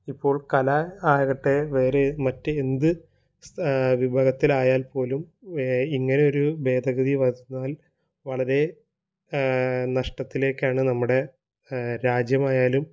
ഇപ്പോള് കല ആകട്ടെ വേറെ മറ്റ് എന്ത് വിഭാഗത്തിലായാല്പ്പോലും ഇങ്ങനൊരു ഭേദഗതി വന്നാല് വളരെ നഷ്ടത്തിലേക്കാണ് നമ്മുടെ രാജ്യമായാലും